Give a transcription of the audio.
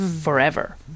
forever